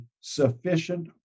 sufficient